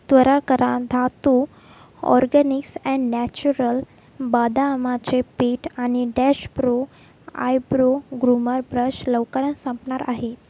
त्वरा करा Dhatu organics and natural बादामाचे पीठ आणि dash pro eyebrow groomer brush लवकरच संपणार आहे